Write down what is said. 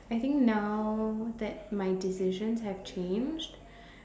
I think now that my decisions have changed